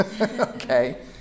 okay